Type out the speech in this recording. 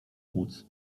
płuc